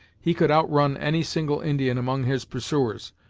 he could outrun any single indian among his pursuers,